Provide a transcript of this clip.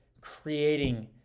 creating